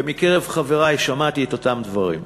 ובקרב חברי שמעתי את אותם דברים,